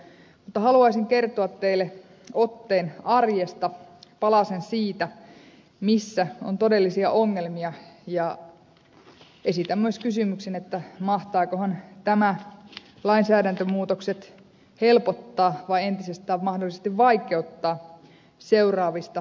mutta haluaisin kertoa teille otteen arjesta palasen siitä missä on todellisia ongelmia ja esitän myös kysymyksen mahtavatkohan nämä lainsäädäntömuutokset helpottaa vai entisestään mahdollisesti vaikeuttaa seuraavista tilanteista kärsiviä kansalaisiamme